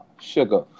sugar